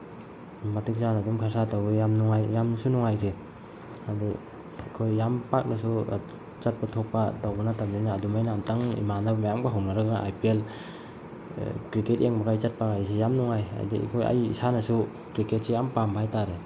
ꯃꯇꯤꯛ ꯆꯥꯅ ꯑꯗꯨꯝ ꯈꯔꯁꯥ ꯇꯧꯋꯤ ꯌꯥꯝ ꯅꯨꯡꯉꯥꯏ ꯌꯥꯝꯅꯁꯨ ꯅꯨꯡꯉꯥꯏꯈꯤ ꯍꯥꯏꯗꯤ ꯑꯩꯈꯣꯏ ꯌꯥꯝ ꯄꯥꯛꯅꯁꯨ ꯆꯠꯄ ꯊꯣꯛꯄ ꯇꯧꯕ ꯅꯠꯇꯕꯅꯤꯅ ꯑꯗꯨꯃꯥꯏꯅ ꯑꯃꯨꯛꯇꯪ ꯏꯃꯥꯟꯅꯕ ꯃꯌꯥꯝꯒ ꯍꯧꯅꯔꯒ ꯑꯥꯏ ꯄꯤ ꯑꯦꯜ ꯀ꯭ꯔꯤꯀꯦꯠ ꯌꯦꯡꯕꯒ ꯆꯠꯄ ꯀꯥꯏꯁꯦ ꯌꯥꯝ ꯅꯨꯡꯉꯥꯏ ꯍꯥꯏꯗꯤ ꯑꯩꯈꯣꯏ ꯑꯩ ꯏꯁꯥꯅꯁꯨ ꯀ꯭ꯔꯤꯀꯦꯠꯁꯦ ꯌꯥꯝ ꯄꯥꯝꯕ ꯍꯥꯏꯇꯥꯔꯦ